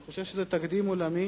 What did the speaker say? אני חושב שזה תקדים עולמי